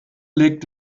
legt